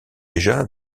déjà